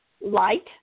light